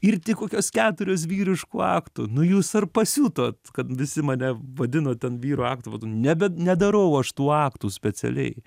ir tik kokios keturios vyriškų aktų nu jūs ar pasiūtot kad visi mane vadino ten vyrų aktų va tų nebe nedarau aš tų aktų specialiai